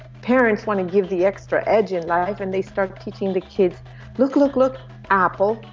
parents want to give the extra edge in life and they start teaching the kids look, look, look apple,